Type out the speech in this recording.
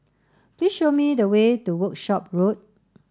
please show me the way to Workshop Road